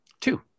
Two